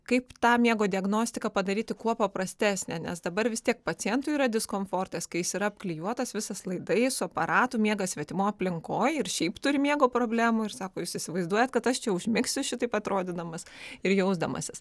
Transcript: kaip tą miego diagnostiką padaryti kuo paprastesnę nes dabar vis tiek pacientui yra diskomfortas kai jis yra apklijuotas visas laidais su aparatu miega svetimo aplinkoj ir šiaip turi miego problemų ir sako jūs įsivaizduojat kad aš čia užmigsiu šitaip atrodydamas ir jausdamasis